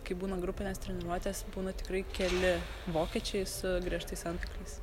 kai būna grupinės treniruotės būna tikrai keli vokiečiai su griežtais antkakliais